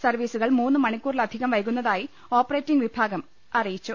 സർവീസുകൾ മൂന്ന് മണിക്കൂറിലധികം വൈകുന്നതായി ഓപ്പ റേറ്റിംഗ് വിഭാഗം അറിയിച്ചു